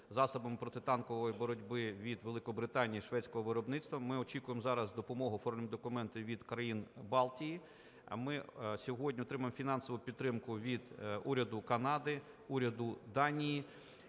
засобами протитанкової боротьби від Великобританії шведського виробництва. Ми очікуємо зараз допомогу і оформлюємо документи від Країн Балтії. Ми сьогодні отримуємо фінансову підтримку від уряду Канади, уряду Данії